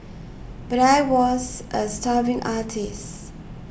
but I was a starving artist